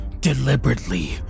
deliberately